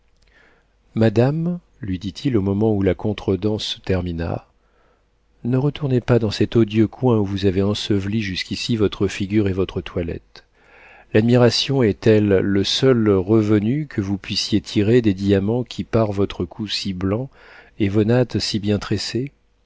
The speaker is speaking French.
madame lui dit-il au moment où la contredanse se termina ne retournez pas dans cet odieux coin où vous avez enseveli jusqu'ici votre figure et votre toilette l'admiration est-elle le seul revenu que vous puissiez tirer des diamants qui parent votre cou si blanc et vos nattes si bien